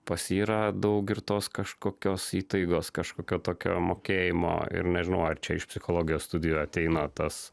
pas jį yra daug ir tos kažkokios įtaigos kažkokio tokio mokėjimo ir nežinau ar čia iš psichologijos studijų ateina tas